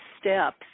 steps